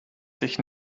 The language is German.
sich